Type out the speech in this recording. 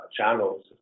channels